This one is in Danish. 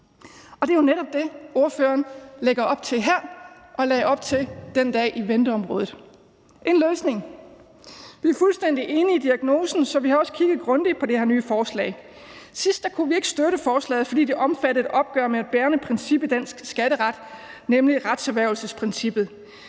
Og det er jo netop det, ordføreren lægger op til her og lagde op til den dag i venteområdet – en løsning. Vi er fuldstændig enige i diagnosen, så vi har også kigget grundigt på det her nye forslag. Sidst kunne vi ikke støtte forslaget, fordi det omfattede et opgør med et bærende princip i dansk skatteret, nemlig retserhvervelsesprincippet,